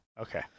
Okay